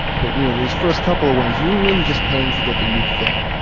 but you know the first couple ones, you were really just paying to get the new thing.